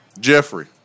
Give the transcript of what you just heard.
Jeffrey